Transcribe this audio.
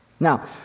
Now